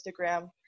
Instagram